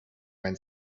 man